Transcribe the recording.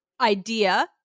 idea